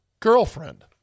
Girlfriend